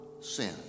sin